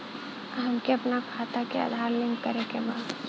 हमके अपना खाता में आधार लिंक करें के बा?